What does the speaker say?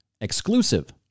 exclusive